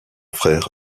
frère